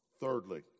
Thirdly